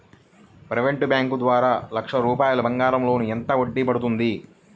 Private bank ద్వారా లక్ష రూపాయలు బంగారం లోన్ ఎంత వడ్డీ పడుతుంది?